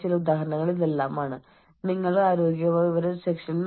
നിങ്ങൾക്കറിയാമോ ആരെയെങ്കിലും പോയി കൊല്ലാൻ നിങ്ങൾ പ്രത്യേക പരിശീലനം നേടിയിരിക്കണം